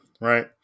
right